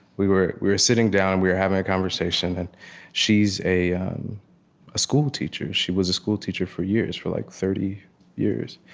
we were were sitting down, we were having a conversation, and she's a a schoolteacher she was a schoolteacher for years, for like thirty years.